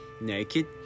naked